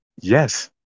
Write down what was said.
yes